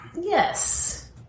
Yes